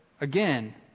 again